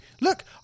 look